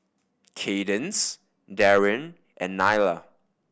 Kaydence Darin and Nylah